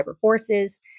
forces